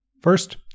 First